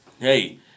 Hey